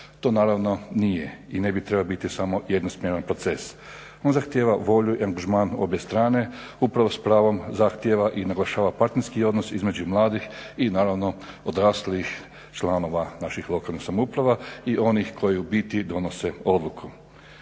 To naravno nije i ne bi trebao biti samo jednosmjeran proces. On zahtjeva volju i angažman obje strane. Upravo spravom zahtijeva i naglašava partnerski odnos između mladih i naravno odraslijih članova naših lokalnih samouprava i onih koji u biti donose odluku.